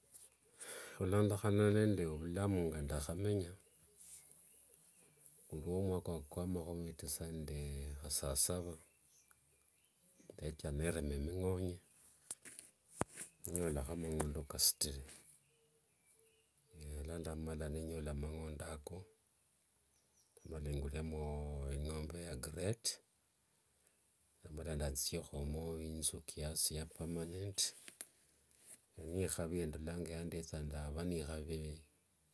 khulondekhana nende vulamu ngendakhamenya kuliwo mwaka kwa makhumi tisa nende musasasava, ndetha nendema mingonye nenyola mangondo kasitire. Ngendamala nenyola mangondo ako, ndamala ngulemo ingombe ya grade, ndamala ndathiekhomo inthu kiasi ya permarnent. Eyo nekhavi yendolanga yandetha ndava ne ikhavi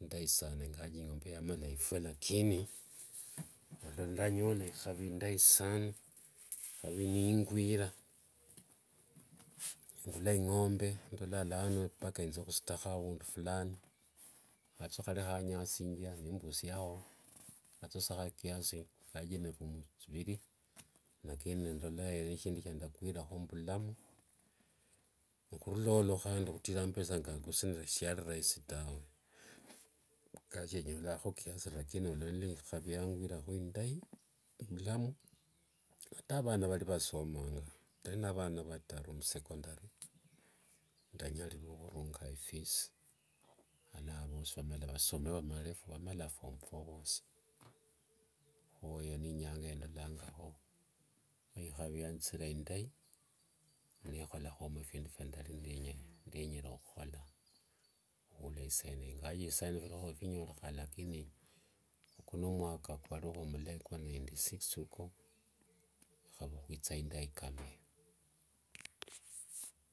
indai sana ingawaje ingombe eyo yamala ifue lakini ndola ndanyola ikhavi sana ikhavi ningwira, nengula ingombe, nendola lano mpaka ndasutakho avundu fulani. Hanthu nikhali khanyasingia nevusiakho. hanthu sa kiasi ingawaje n room thiviri, lakini endolakholo eyo shindu shindakwirirakho mbulamo. Nekhendi, khurula olo okhutira mapesa ngako siluari rahisi tawe. ingawaje nyolakho kiasi lakini olo niluo ikhavi yangwira indai yovulamu. Ata avana vali ni vasomanga, ndali ne vana vataru msecondary ndanyalirua khurunga ifisi, khilano vamala vasome vamala form four vosi. Kho eyo nenyanga yendolangakho, hii ikhavi yathithira indai nekholakhomo phidu phiali nindenyere, ndenyere khukhola khwilwa isaino. Ingawaje khwilwa isaino khulikho niphinyolekha lakini uko n mwaka kwalikho mlai kwa ninty six uko, ikhavi khwitha indai.